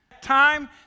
time